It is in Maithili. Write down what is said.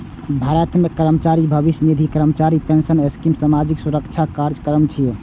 भारत मे कर्मचारी भविष्य निधि, कर्मचारी पेंशन स्कीम सामाजिक सुरक्षा कार्यक्रम छियै